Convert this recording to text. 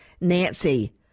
nancy